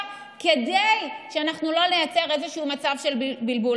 כדי שאנחנו לא נייצר איזשהו מצב של בלבול.